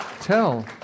tell